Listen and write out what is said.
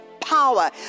power